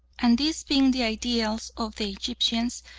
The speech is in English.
and these being the ideals of the egyptians,